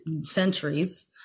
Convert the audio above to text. centuries